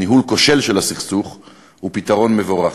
ניהול כושל של הסכסוך - הוא פתרון מבורך.